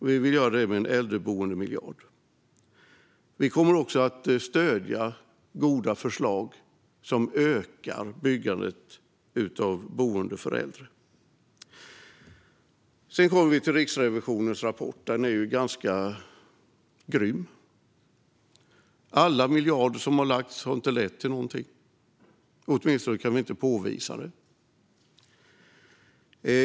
Det vill vi göra med en äldreboendemiljard. Vi kommer också att stödja goda förslag som ökar byggandet av boenden för äldre. Sedan kommer vi till Riksrevisionens rapport. Den är ganska grym. Alla miljarder som har satsats har inte lett till någonting, åtminstone inte till något som kan påvisas.